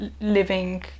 living